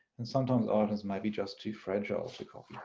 and sometimes items may be just too fragile to copy.